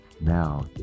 now